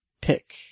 pick